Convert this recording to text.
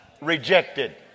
rejected